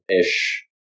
ish